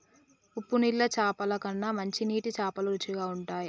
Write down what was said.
ఉప్పు నీళ్ల చాపల కన్నా మంచి నీటి చాపలు రుచిగ ఉంటయ్